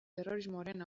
terrorismoaren